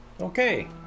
Okay